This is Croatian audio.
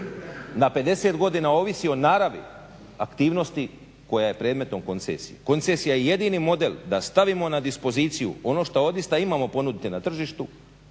na 50 godina ovisi o naravi aktivnosti koja je predmetom koncesije. Koncesija je jedini model da stavimo na dispoziciju ono što odista imamo ponuditi na tržištu,